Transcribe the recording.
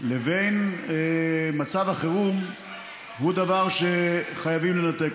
לבין מצב החירום הוא דבר שחייבים לנתק.